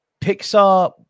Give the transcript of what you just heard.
pixar